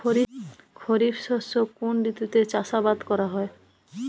খরিফ শস্য কোন ঋতুতে চাষাবাদ করা হয়?